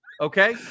Okay